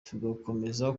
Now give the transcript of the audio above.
tugakomeza